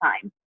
time